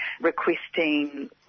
requesting